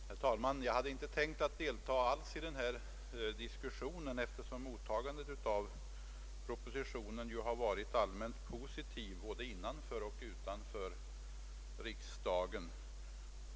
Herr talman! Jag hade inte tänkt att delta alls i denna diskussion, eftersom propositionen allmänt har mottagits positivt båda utanför och innanför riksdagen.